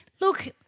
Look